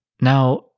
Now